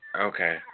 Okay